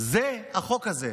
זה החוק הזה.